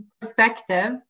perspective